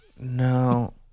No